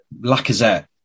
Lacazette